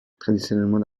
traditionnellement